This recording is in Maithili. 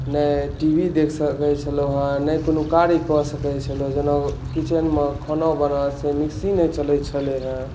नहि टी वी देख सकै छलहुँ हँ नहि कोनो कार्य कऽ सकै छलहुँ जेना किचनमे खाना बनाउ से मिक्सी नहि चलै छलै हँ